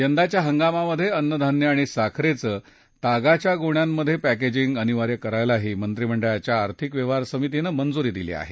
यंदाच्या हगामात अन्नधान्य आणि साखरेचं तागाच्या गोण्यांमधे पॅकेजिग अनिवार्य करायलाही मंत्रिमंडळाच्या आर्थिक व्यवहार समितीनं मंजुरी दिली आहे